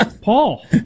Paul